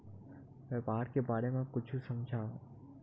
व्यापार के बारे म कुछु समझाव?